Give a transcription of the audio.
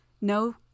no